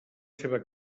seva